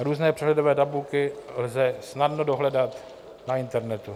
Různé přehledové tabulky lze snadno dohledat na internetu.